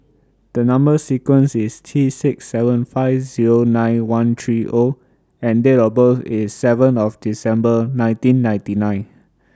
The Number sequence IS T six seven five Zero nine one three O and Date of birth IS seven of December nineteen ninety nine